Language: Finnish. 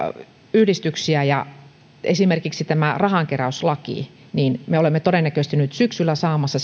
yhdistyksiä esimerkiksi tämä rahankeräyslaki me olemme todennäköisesti nyt syksyllä saamassa